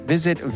Visit